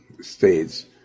states